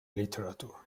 literature